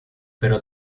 pero